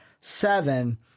seven